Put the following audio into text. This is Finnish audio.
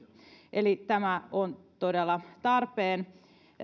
eli tämä on todella tarpeen